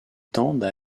tendent